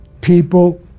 people